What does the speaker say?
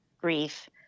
grief